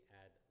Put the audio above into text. add